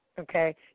Okay